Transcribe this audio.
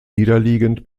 niederliegend